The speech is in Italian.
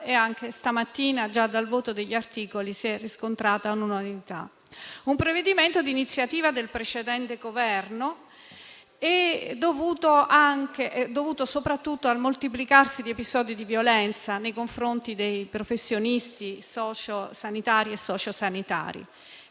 anche stamattina, nel voto degli articoli, si è riscontrata l'unanimità. Si tratta di un provvedimento di iniziativa del precedente Governo, imposto soprattutto dal moltiplicarsi di episodi di violenza nei confronti dei professionisti sanitari e socio-sanitari.